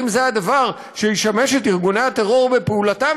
ואם זה הדבר שישמש את ארגוני הטרור בפעולתם,